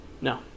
No